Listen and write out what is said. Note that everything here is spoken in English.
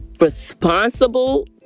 responsible